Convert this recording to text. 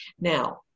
Now